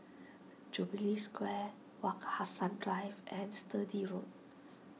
Jubilee Square Wak Hassan Drive and Sturdee Road